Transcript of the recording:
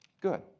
Good